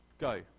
go